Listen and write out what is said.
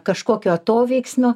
kažkokio atoveiksnio